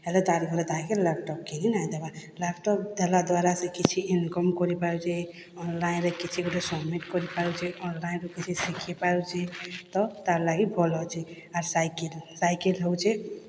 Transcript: ହେଲେ ତାର୍ ଘରେ ତାହାକେ ଲାପ୍ଟପ୍ କେହି ନାଇଁ ଦେବା ଲାପ୍ଟପ୍ ଦେବା ଦ୍ଵାରା ସେ କିଛି ଇନ୍କମ୍ କରିପାରୁଛେ ଅନ୍ଲାଇନ୍ରେ କିଛି ଗୁଟେ ସବ୍ମିଟ୍ କରିପାରୁଛେ ଅନ୍ଲାଇନ୍ରେ କିଛି ଶିଖିପାରୁଛେ ତ ତାର୍ ଲାଗି ଭଲ୍ ଅଛେ ଆର୍ ସାଇକିଲ୍ ସାଇକିଲ୍ ହଉଛେ